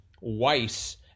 Weiss